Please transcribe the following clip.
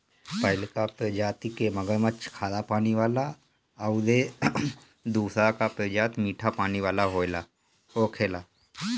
पहिलका प्रजाति के मगरमच्छ खारा पानी वाला अउरी दुसरका प्रजाति मीठा पानी वाला होखेला